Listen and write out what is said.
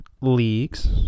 leagues